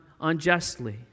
unjustly